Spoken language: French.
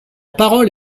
parole